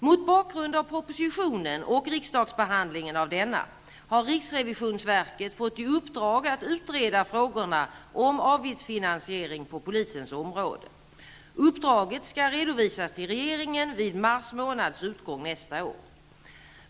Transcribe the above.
Mot bakgrund av propositionen och riksdagsbehandlingen av denna har riksrevisionsverket fått i uppdrag att utreda frågorna om avgiftsfinansiering på polisens område. Uppdraget skall redovisas till regeringen vid mars månads utgång nästa år.